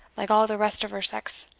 like all the rest of her sex,